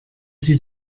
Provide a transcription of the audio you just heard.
sie